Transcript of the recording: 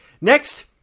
Next